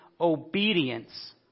obedience